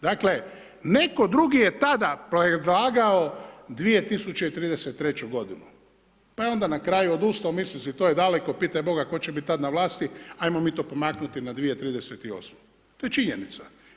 Dakle, netko drugi je tada predlagao 2033. godinu, pa je onda na kraju odustao misleći to je daleko, pitaj Boga tko će biti tada na vlasti, hajmo mi to pomaknuti na 2038. to je činjenica.